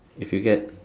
if you get